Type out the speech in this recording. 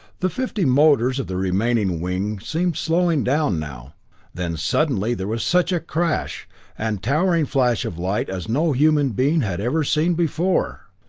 the fifty motors of the remaining wing seemed slowing down now then suddenly there was such a crash and towering flash of light as no human being had ever seen before!